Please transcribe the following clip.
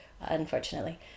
unfortunately